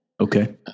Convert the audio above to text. Okay